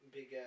big